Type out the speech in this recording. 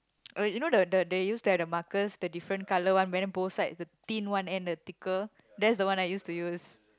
alright you know the the they used to have the markers the different colour one wearing both sides the thin one and the thicker that's the one I used to use